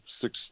six